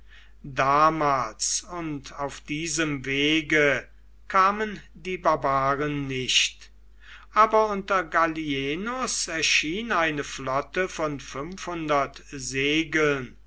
damals und auf diesem wege kamen die barbaren nicht aber unter gallienus erschien eine flotte von segeln